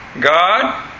God